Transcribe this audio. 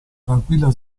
tranquilla